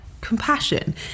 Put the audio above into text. compassion